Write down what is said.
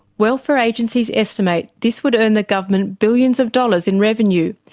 welfare agencies estimate this would earn the government billions of dollars in revenue,